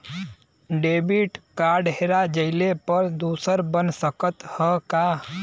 Debit card हेरा जइले पर दूसर बन सकत ह का?